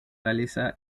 realiza